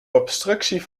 obstructie